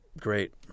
great